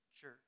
church